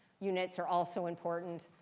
units are also important.